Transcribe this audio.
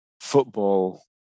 football